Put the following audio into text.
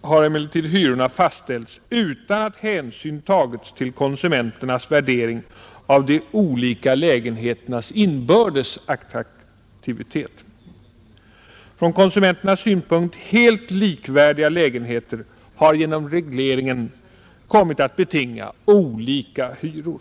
har emellertid hyrorna fastställts utan att hänsyn tagits till konsumenternas värdering av de olika lägenheternas inbördes attraktivitet. Från konsumenternas synpunkt helt likvärdiga lägenheter har genom regleringen kommit att betinga olika hyror.